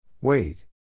Wait